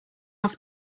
off